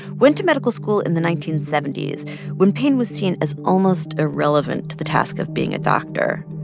went to medical school in the nineteen seventy s when pain was seen as almost irrelevant to the task of being a doctor.